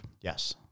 yes